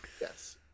Yes